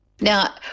Now